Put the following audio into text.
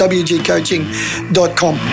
wgcoaching.com